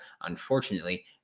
unfortunately